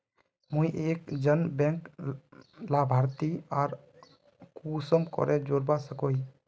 मुई एक जन बैंक लाभारती आर कुंसम करे जोड़वा सकोहो ही?